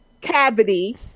cavity